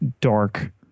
dark